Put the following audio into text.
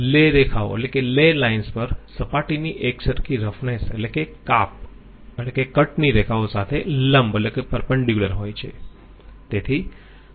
લે રેખાઓ પર સપાટીની એકસરખી રફનેસ એટલે કે કાપ ની રેખાઓ સાથે લંબ હોય છે